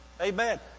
Amen